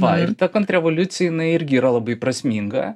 va ir ta kontrrevoliucija jinai irgi yra labai prasminga